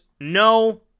no